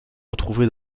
retrouvé